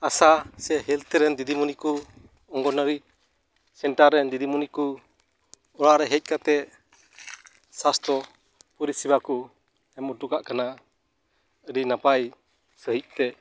ᱟᱥᱟ ᱥᱮ ᱦᱮᱞᱛᱷ ᱨᱮᱱ ᱫᱤᱫᱤᱢᱩᱱᱤ ᱠᱚ ᱚᱝᱜᱚᱱᱟᱨᱤ ᱥᱮᱱᱟᱨ ᱨᱮᱱ ᱫᱤᱫᱤᱢᱩᱱᱤ ᱠᱩ ᱚᱲᱟᱜ ᱨᱮ ᱦᱮᱡ ᱠᱟᱛᱮ ᱥᱟᱥᱛᱷᱚ ᱯᱚᱨᱤᱥᱮᱵᱟ ᱠᱚ ᱮᱢ ᱚᱴᱚ ᱠᱟᱜ ᱠᱟᱱᱟ ᱟᱹᱰᱤ ᱱᱟᱯᱟᱭ ᱥᱟᱺᱦᱤᱡ ᱛᱮ